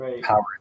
power